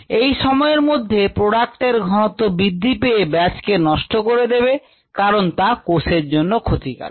এই সময়ের মধ্যে প্রোডাক্টের ঘনত্ব বৃদ্ধি পেয়ে ব্যাচকে নষ্ট করে দেবে কারণ তা কোষের জন্য ক্ষতিকারক